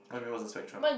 what you whats the spectrum